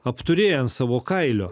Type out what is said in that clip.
apturėję ant savo kailio